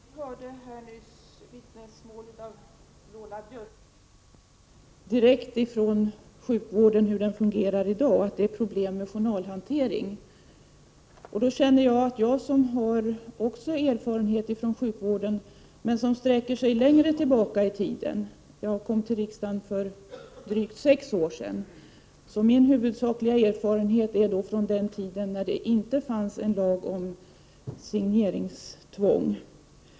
Fru talman! Genom Lola Björkquist fick vi här alldeles nyss vittnesmål direkt från sjukvården av i dag. Det finns alltså problem med journalhanteringen. Själv har jag också erfarenhet från sjukvården — men då längre tillbaka i tiden. Jag kom till riksdagen för drygt sex år sedan. Jag har således huvudsakligen erfarenheter från den tid då det inte fanns någon lag om signeringstvång.